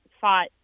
fought